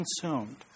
consumed